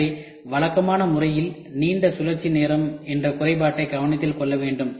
எனவே வழக்கமான முறையில் நீண்ட சுழற்சியின் நேரம் என்ற குறைபாடை கவனத்தில் கொள்ள வேண்டும்